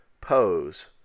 pose